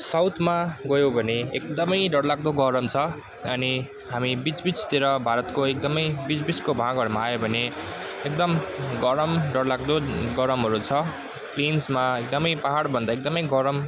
साउथमा गयौँ भने एकदमै डरलाग्दो गरम छ अनि हामी बिच बिचतिर भारतको एकदमै बिच बिचको भागहरूमा आयो भने एकदम गरम डरलाग्दो गरमहरू छ प्लेन्समा एकदमै पहाडभन्दा एकदमै गरम